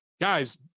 Guys